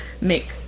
make